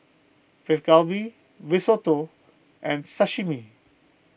Beef Galbi Risotto and Sashimi